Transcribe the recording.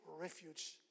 refuge